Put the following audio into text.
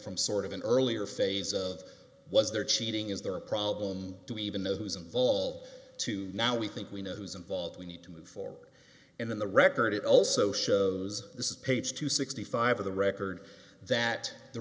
from sort of an earlier phase of was there cheating is there a problem to even know who's involved to now we think we know who's involved we need to move forward and in the record it also shows this is page two sixty five of the record that the